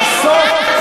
ובסוף,